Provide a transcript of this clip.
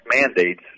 mandates